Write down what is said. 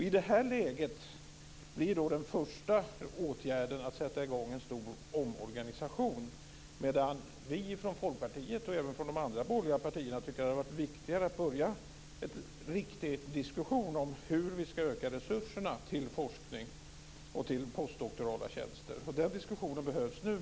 I det här läget blir den första åtgärden att sätta i gång med en stor omorganisation, medan vi från Folkpartiet och även från de andra borgerliga partierna tycker att det hade varit viktigare att börja en riktig diskussion om hur vi ska öka resurserna till forskning och postdoktorala tjänster. Den diskussionen behövs nu.